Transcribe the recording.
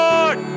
Lord